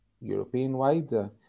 European-wide